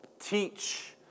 Teach